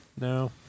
No